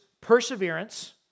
perseverance